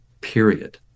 period